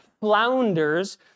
flounders